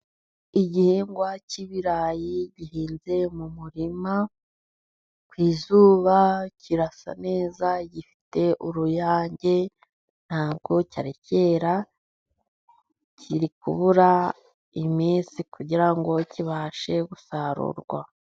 Igihingwa cy'ibirayi gihinze mu murima, ku izuba, kirasa neza, gifite uruyange ntabwo cyari cyera, kiri kubura iminsi kugira ngo kibashe gusarurwa.